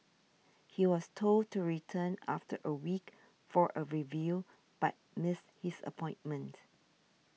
he was told to return after a week for a review but missed his appointment